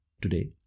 today